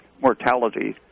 mortality